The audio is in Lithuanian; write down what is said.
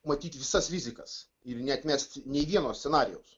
matyti visas rizikas ir neatmesti nė vieno scenarijaus